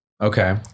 okay